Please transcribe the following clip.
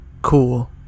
cool